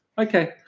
Okay